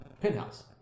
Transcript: penthouse